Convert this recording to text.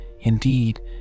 Indeed